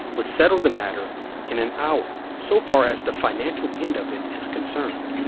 would settle the matter in an hour so far as the financial end of it is concerned